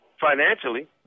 financially